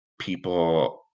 people